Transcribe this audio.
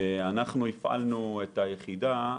הפעלנו את היחידה,